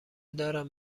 دارم